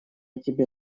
тебе